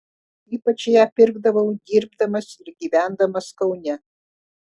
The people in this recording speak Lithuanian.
ypač ją pirkdavau dirbdamas ir gyvendamas kaune